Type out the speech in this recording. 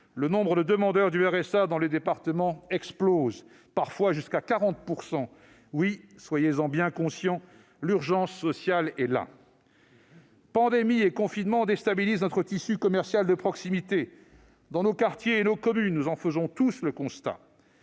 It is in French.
de solidarité active (RSA) dans les départements explose, parfois jusqu'à 40 %. Soyez bien conscients que l'urgence sociale est là ! Pandémie et confinement déstabilisent notre tissu commercial de proximité. Dans nos quartiers et nos communes, nous en faisons tous le constat.